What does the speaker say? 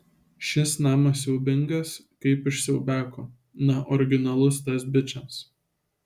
šis namas siaubingas kaip iš siaubiako na originalus tas bičas